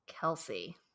kelsey